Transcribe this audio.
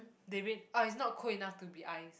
they read ah it's not cool enough to be ice